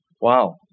Wow